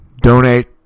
donate